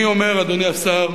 אני אומר, אדוני השר: